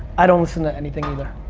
i don't listen to anything, either,